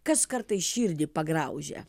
kas kartais širdį pagraužia